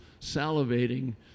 salivating